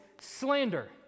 slander